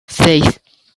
seis